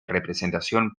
representación